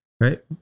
right